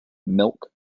milk